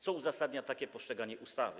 Co uzasadnia takie postrzeganie ustawy?